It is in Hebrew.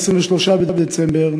23 בדצמבר,